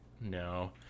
no